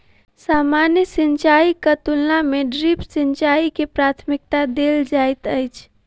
सामान्य सिंचाईक तुलना मे ड्रिप सिंचाई के प्राथमिकता देल जाइत अछि